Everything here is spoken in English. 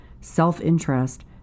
self-interest